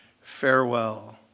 Farewell